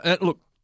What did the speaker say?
Look